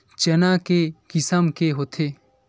चना के किसम के होथे?